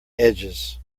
edges